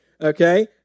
Okay